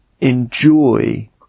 enjoy